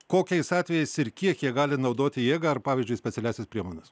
kokiais atvejais ir kiek jie gali naudoti jėgą ar pavyzdžiui specialiąsias priemones